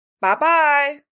Bye-bye